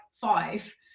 five